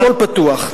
הכול פתוח.